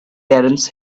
terence